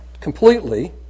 completely